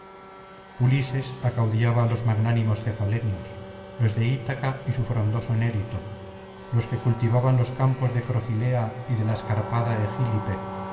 acaudillaba á los magnánimos cefalenios los de ítaca y su frondoso nérito los que cultivaban los campos de crocilea y de la escarpada